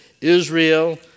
Israel